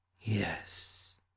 Yes